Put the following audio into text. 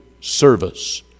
service